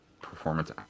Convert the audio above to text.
performance